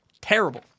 terrible